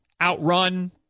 outrun